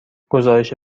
گزارش